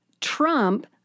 Trump